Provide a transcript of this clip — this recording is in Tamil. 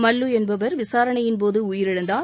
மல்லு என்பவர் விசாரணையின்போது உயிரிழந்தார்